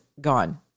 gone